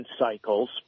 cycles